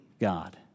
God